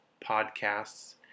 podcasts